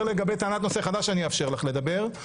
לגבי טענת נושא חדש אני אאפשר לך לדבר,